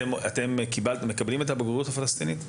אתם מקבלים את הבגרות הפלסטינית?